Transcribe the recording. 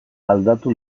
aldatu